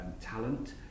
talent